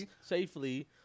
safely